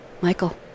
Michael